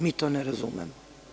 Mi to ne razumemo.